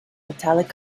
metallic